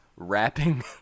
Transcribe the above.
rapping